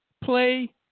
Play